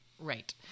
Right